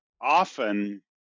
often